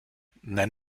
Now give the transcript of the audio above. nenn